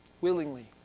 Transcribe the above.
willingly